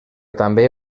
també